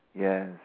Yes